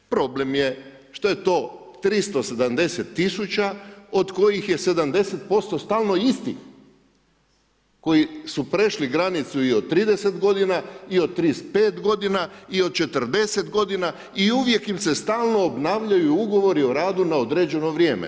Problem je što je to 370 000 od kojih je 70% stalno istih koji su prešli granicu i od 30 godina i od 35 godina i od 40 godina i uvijek im se stalno obnavljaju ugovori o radu na određeno vrijeme.